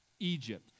Egypt